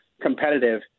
competitive